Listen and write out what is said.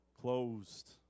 closed